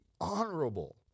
honorable